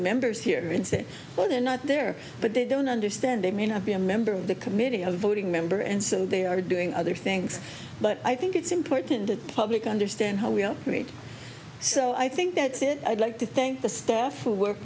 members here and say well they're not there but they don't understand they may not be a member of the committee a voting member and they are doing other things but i think it's important that public understand how we meet so i think that's it i'd like to thank the staff who work